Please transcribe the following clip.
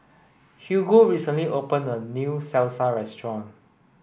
Hugo recently opened a new Salsa restaurant